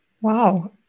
Wow